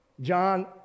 John